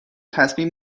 تصمیم